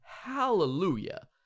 Hallelujah